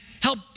help